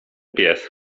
pies